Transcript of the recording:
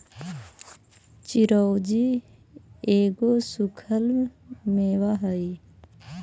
चिरौंजी एगो सूखल मेवा हई